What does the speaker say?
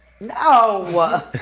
No